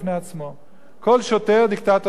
כל שוטר דיקטטור בפני עצמו,